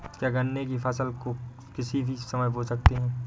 क्या गन्ने की फसल को किसी भी समय बो सकते हैं?